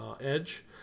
edge